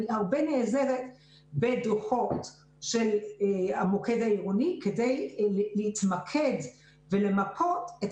אני הרבה נעזרת בדוחות של המוקד העירוני כדי להתמקד ולמפות את